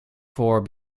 fort